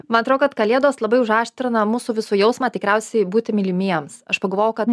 man atrodo kad kalėdos labai užaštrina mūsų visų jausmą tikriausiai būti mylimiems aš pagalvojau kad